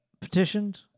Petitioned